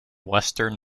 western